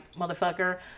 motherfucker